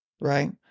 right